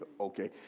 okay